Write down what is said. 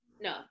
no